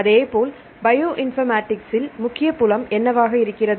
அதேபோல் bioinformatics இல் முக்கிய புலம் என்னவாக இருக்கிறது